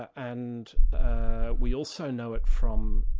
and ah we also know it from